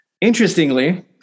Interestingly